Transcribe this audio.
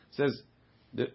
says